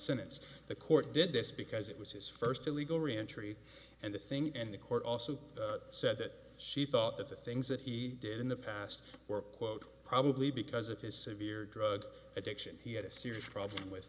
since the court did this because it was his first illegal re entry and the thing and the court also said that she thought that the things that he did in the past were quote probably because of his severe drug addiction he had a serious problem with